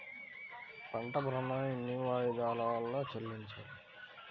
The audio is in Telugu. పంట ఋణాన్ని ఎన్ని వాయిదాలలో చెల్లించాలి?